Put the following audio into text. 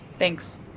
Thanks